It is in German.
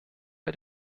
bei